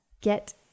get